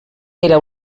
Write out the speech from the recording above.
era